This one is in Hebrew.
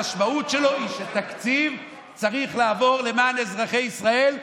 המשמעות שלו היא שתקציב צריך לעבור למען אזרחי ישראל,